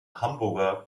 hamburger